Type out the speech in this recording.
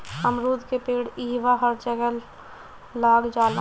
अमरूद के पेड़ इहवां हर जगह लाग जाला